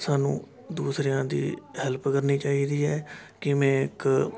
ਸਾਨੂੰ ਦੂਸਰਿਆਂ ਦੀ ਹੈੱਲਪ ਕਰਨੀ ਚਾਹੀਦੀ ਹੈ ਕਿਵੇਂ ਇੱਕ